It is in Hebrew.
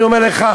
אני אומר לך,